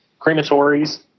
crematories